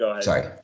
sorry